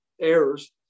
errors